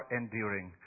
enduring